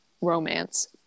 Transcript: romance